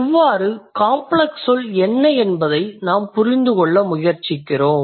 இவ்வாறு காம்ப்ளக்ஸ் சொல் என்ன என்பதை நாம் புரிந்துகொள்ள முயற்சிக்கிறோம்